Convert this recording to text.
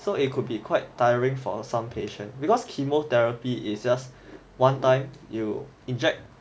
so it could be quite tiring for some patients because chemotherapy is just one time you inject